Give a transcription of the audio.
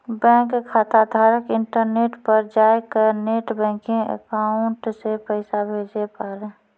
bank खाताधारक internet पर जाय कै नेट बैंकिंग अकाउंट से पैसा भेजे पारै